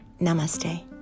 Namaste